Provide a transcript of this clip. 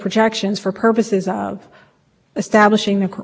and i gather no state has